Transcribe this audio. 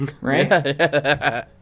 right